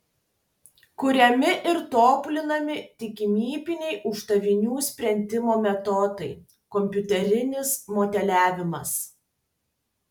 kuriami ir tobulinami tikimybiniai uždavinių sprendimo metodai kompiuterinis modeliavimas